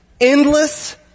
endless